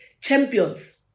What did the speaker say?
champions